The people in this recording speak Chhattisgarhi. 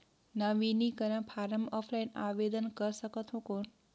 नवीनीकरण फारम ऑफलाइन आवेदन कर सकत हो कौन?